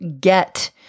get